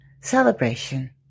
celebration